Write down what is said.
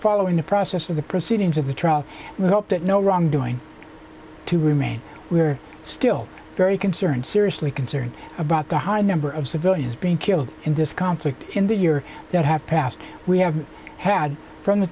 following the process of the proceedings of the trial we hope that no wrongdoing to remain we are still very concerned seriously concerned about the high number of civilians being killed in this conflict in the year that have passed we have had from the